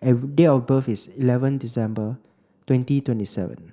and date of birth is eleven December twenty twenty seven